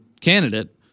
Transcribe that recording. candidate